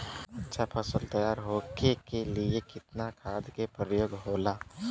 अच्छा फसल तैयार होके के लिए कितना खाद के प्रयोग होला?